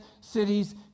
cities